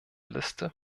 liste